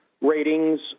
ratings